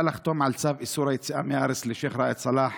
לחתום על צו איסור על צו איסור יציאה מהארץ לשייח' ראאד סלאח